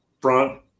front